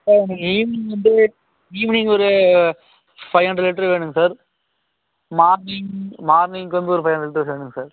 sir நீங்கள் evening வந்து evening ஒரு ஃபைவ் ஹண்ட்ரட் லிட்டர் வேணுங்க சார் மார்னிங் மார்னிங்க்கு வந்து ஒரு ஃபைவ் ஹண்ட்ரட் லிட்டர்ஸ் வேணுங்க சார்